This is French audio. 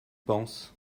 penses